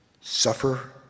suffer